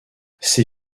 ses